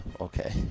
Okay